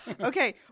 Okay